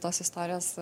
tos istorijos